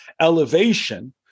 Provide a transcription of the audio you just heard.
elevation